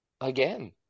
again